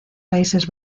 países